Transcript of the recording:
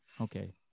okay